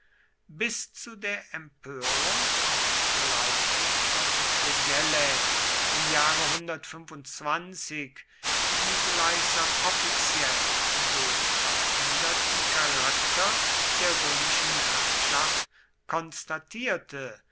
bis zu der empörung und schleifung von fregellae im jahre die gleichsam offiziell den veränderten charakter der römischen herrschaft konstatierte